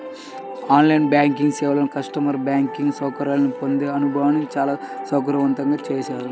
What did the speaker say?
on line banking సేవలు కస్టమర్లకు banking సౌకర్యాలను పొందే అనుభవాన్ని చాలా సౌకర్యవంతంగా చేశాయి